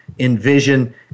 envision